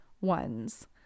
ones